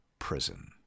prison